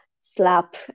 slap